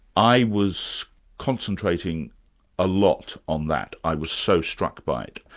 i was concentrating a lot on that, i was so struck by it.